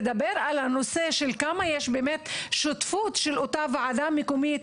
לדבר על הנושא של כמה יש באמת שותפות של אותה ועדה מקומית